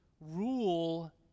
rule